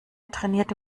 trainierte